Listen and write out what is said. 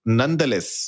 nonetheless